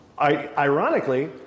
ironically